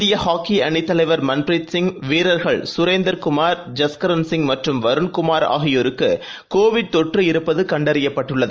இந்திய ஹாக்கி அணித்தலைவர் மன்ப்ரீத் சிங் வீரர்கள் சுரேந்தர் குமார் ஜஸ்கரன் சிங் மற்றும் வருண் குமார் ஆகியோருக்கு கோவிட் தொற்று இருப்பது கண்டறியப்பட்டுள்ளது